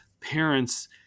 parents